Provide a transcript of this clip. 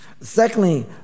Secondly